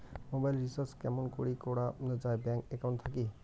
Mobile recharge কেমন করি করা যায় ব্যাংক একাউন্ট থাকি?